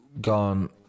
gone